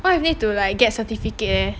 what if need to like get certificate leh